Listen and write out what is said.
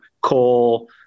coal